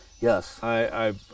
Yes